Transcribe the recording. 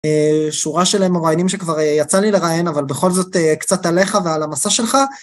שורה של מרואיינים שכבר יצא לי לראיין, אבל בכל זאת קצת עליך ועל המסע שלך.